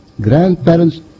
grandparents